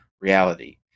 reality